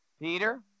Peter